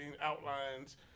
outlines